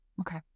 okay